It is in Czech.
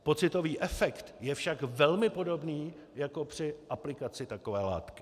Pocitový efekt však je velmi podobný jako při aplikaci takové látky.